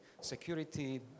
security